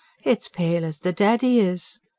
it's pale as the dead he is.